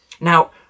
Now